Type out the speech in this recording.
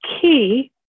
key